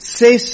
say